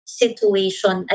situation